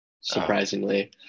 surprisingly